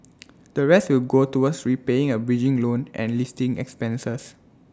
the rest will go towards repaying A bridging loan and listing expenses